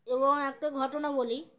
এবং একটা ঘটনা বলি